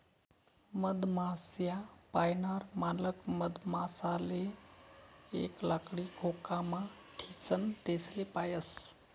मधमाश्या पायनार मालक मधमाशासले एक लाकडी खोकामा ठीसन तेसले पायस